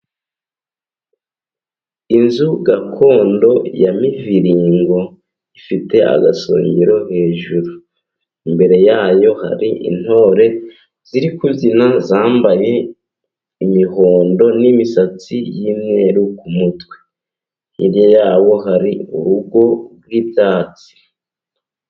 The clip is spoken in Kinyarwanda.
Inzu gakondo ya miviringo ifite agasongero hejuru, imbere yayo hari intore ziri kubyina zambaye imihondo n'imisatsi y'imyeru ku mutwe hirya yabo hari urugo rw'ibyatsi.